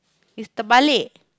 is the balik